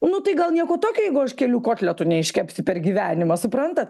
nu tai gal nieko tokio jeigu aš kelių kotletų neiškepsiu per gyvenimą suprantat